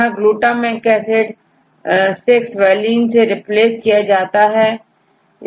यहां ग्लूटामिक एसिड6valine से रिप्लेस किया गया था